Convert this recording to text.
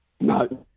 No